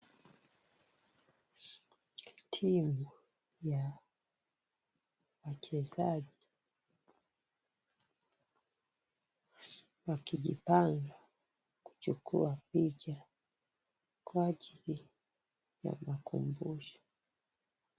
Timu ya wachezaji wakijipanga kuchukua picha kwa ajili ya makumbusho.